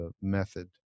method